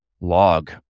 log